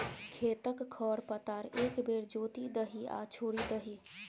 खेतक खर पतार एक बेर जोति दही आ छोड़ि दही